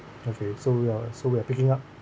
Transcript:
okay so we're so we're picking up